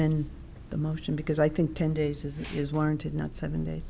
then the motion because i think ten days is his warranted not seven day